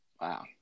Wow